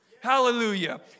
hallelujah